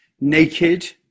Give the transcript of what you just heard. Naked